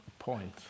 point